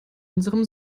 unserem